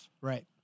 right